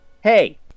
Hey